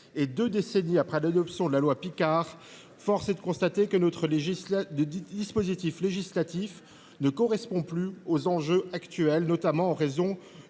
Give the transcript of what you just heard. Deux décennies après l’adoption de la loi About Picard, force est de constater que notre dispositif législatif ne correspond plus aux enjeux actuels, notamment en raison